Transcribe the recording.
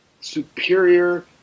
superior